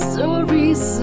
Stories